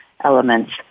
Elements